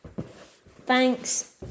thanks